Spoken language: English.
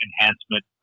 enhancement